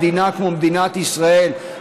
מדינה כמו מדינת ישראל,